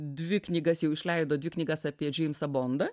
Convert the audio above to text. dvi knygas jau išleido dvi knygas apie džeimsą bondą